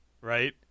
right